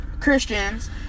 Christians